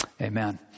Amen